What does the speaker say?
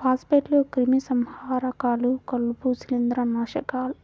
ఫాస్ఫేట్లు, క్రిమిసంహారకాలు, కలుపు, శిలీంద్రనాశకాలు